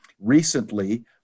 recently